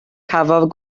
cafodd